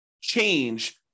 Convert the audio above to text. change